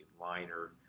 liner